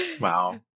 wow